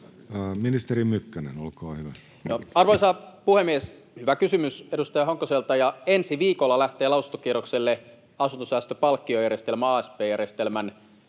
Ministeri Mykkänen, olkaa hyvä. Arvoisa puhemies! Hyvä kysymys edustaja Honkoselta. Ensi viikolla lähtee lausuntokierrokselle asuntosäästöpalkkiojärjestelmän, asp-järjestelmän,